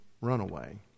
runaway